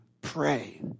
pray